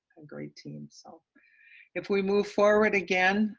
a great team. so if we move forward again,